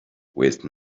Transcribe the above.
waste